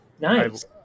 Nice